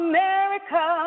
America